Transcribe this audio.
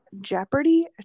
Jeopardy